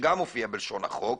שגם הופיע בלשון החוק,